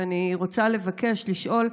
ואני רוצה לבקש, לשאול: